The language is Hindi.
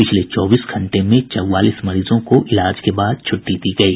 पिछले चौबीस घंटे में चौवालीस मरीजों को इलाज के बाद छुट्टी दी गयी